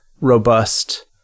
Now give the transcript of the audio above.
robust